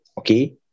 Okay